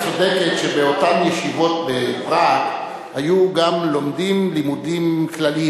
את צודקת שבאותן ישיבות בפראג היו גם לומדים לימודים כלליים,